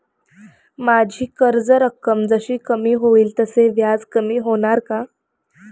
माझी कर्ज रक्कम जशी कमी होईल तसे व्याज कमी होणार का?